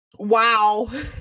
Wow